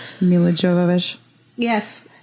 yes